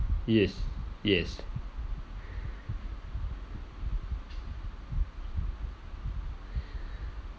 yes yes